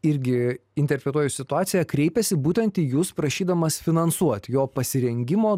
irgi interpretuoju situaciją kreipėsi būtent į jus prašydamas finansuoti jo pasirengimo